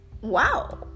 wow